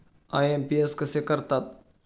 IMPS कसे करतात?